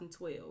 2012